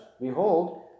Behold